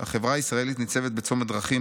החברה הישראלית ניצבת בצומת דרכים,